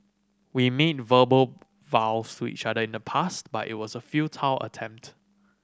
we made verbal vows to each other in the past but it was a futile attempt